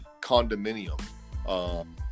condominium